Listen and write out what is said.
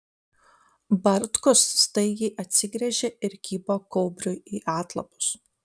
bartkus staigiai atsigręžė ir kibo kaubriui į atlapus